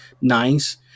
nice